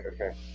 okay